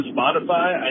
Spotify